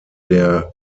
der